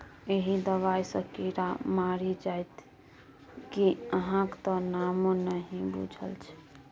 एहि दबाई सँ कीड़ा मरि जाइत कि अहाँक त नामो नहि बुझल छै